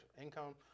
income